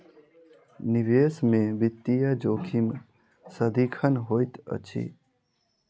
निवेश में वित्तीय जोखिम सदिखन होइत अछि